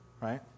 right